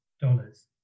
dollars